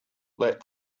let